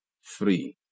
free